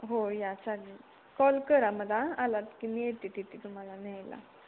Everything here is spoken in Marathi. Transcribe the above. हो या चालेल कॉल करा मला आलात की मी येते तिथे तुम्हाला न्यायला